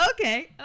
okay